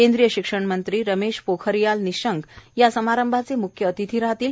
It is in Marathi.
केंद्रीय शिक्षण मंत्री रमेश पोखरियाल निशंक समारंभाचे मुख्य अतिथी अराहतील